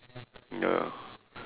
ya